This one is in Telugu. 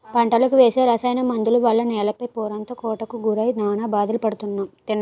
పంటలకు వేసే రసాయన మందుల వల్ల నేల పై పొరంతా కోతకు గురై నానా బాధలు పడుతున్నాం